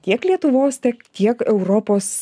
tiek lietuvos tek tiek europos